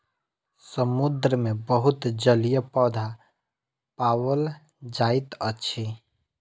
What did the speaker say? समुद्र मे बहुत जलीय पौधा पाओल जाइत अछि